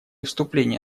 вступления